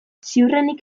ziurrenik